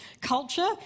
culture